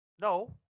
No